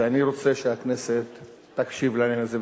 ואני רוצה שהכנסת תקשיב לעניין הזה,